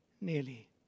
nearly